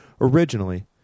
Originally